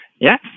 Yes